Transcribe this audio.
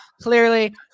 clearly